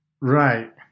Right